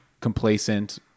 complacent